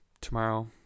tomorrow